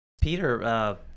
Peter